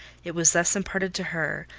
it was thus imparted to her,